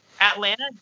Atlanta